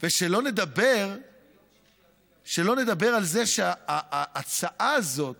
ושלא נדבר על זה שההצעה הזאת